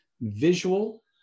visual